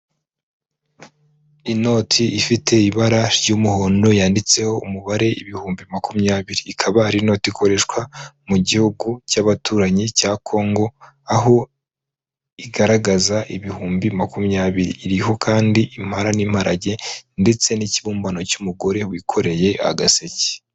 Inoti ifite ibara ry'umuhondo yanditseho umubare ibihumbi makumyabiri, ikaba ari inota ikoreshwa mu gihugu cy'abaturanyi cya Congo, aho igaragaza ibihumbi makumyabiri, iriho kandi impara n'imparage ndetse n'ikibumbano cy'umugore wikoreye agaseke.